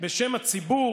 בשם הציבור,